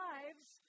Lives